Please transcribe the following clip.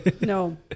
No